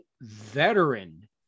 veteran